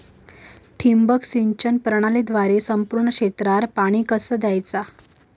ठिबक सिंचन प्रणालीद्वारे संपूर्ण क्षेत्रावर पाणी कसा दयाचा?